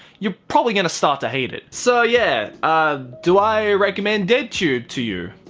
you're probably gonna start to hate it so yeah do i recommend deadtube to you?